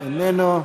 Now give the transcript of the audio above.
איננו.